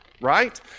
right